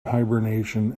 hibernation